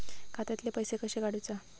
खात्यातले पैसे कशे काडूचा?